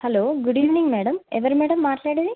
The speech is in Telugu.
హలో గుడ్ ఈవెనింగ్ మేడం ఎవరు మేడం మాట్లాడేది